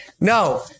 no